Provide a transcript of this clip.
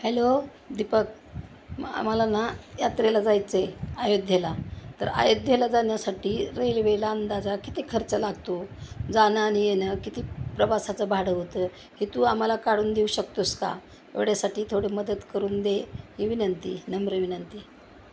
hello Deepak मग आम्हाला ना यात्रेला जायचं आहे अयोध्येला तर अयोध्येला जाण्यासाठी रेल्वेला अंदाजे किती खर्च लागतो जाणं आणि येणं किती प्रवासाचं भाडं होतं हे तू आम्हाला काढून देऊ शकतोस का एवढ्यासाठी थोडी मदत करून दे ही विनंती नम्र विनंती